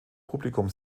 publikum